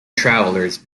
travelers